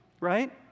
right